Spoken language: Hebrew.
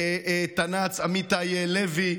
תנ"צ אמיתי לוי,